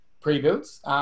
pre-builds